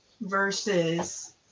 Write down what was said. versus